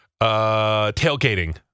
Tailgating